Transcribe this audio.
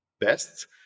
Best